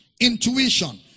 intuition